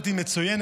לרשותך עשר דקות.